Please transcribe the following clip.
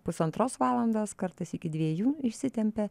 pusantros valandos kartais iki dviejų išsitempia